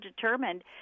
determined